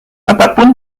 apapun